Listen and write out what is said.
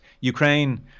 Ukraine